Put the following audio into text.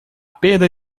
perda